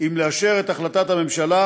אם לאשר את החלטת הממשלה,